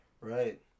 Right